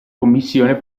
commissione